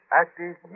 active